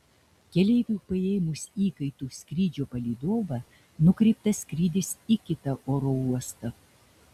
keleiviui paėmus įkaitu skrydžio palydovą nukreiptas skrydis į kitą oro uostą